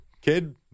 kid